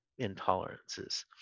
intolerances